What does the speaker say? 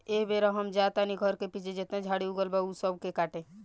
एह बेरा हम जा तानी घर के पीछे जेतना झाड़ी उगल बा ऊ सब के काटे